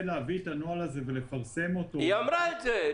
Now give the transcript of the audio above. להביא את הנוהל הזה ולפרסם אותו -- היא אמרה את זה,